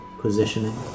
positioning